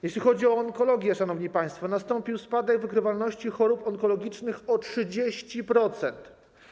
Jeśli chodzi o onkologię, szanowni państwo, nastąpił spadek wykrywalności chorób onkologicznych o 30%.